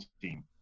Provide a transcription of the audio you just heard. team